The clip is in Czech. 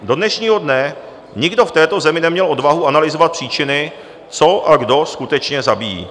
Do dnešního dne nikdo v této zemi neměl odvahu analyzovat příčiny, co a kdo skutečně zabíjí.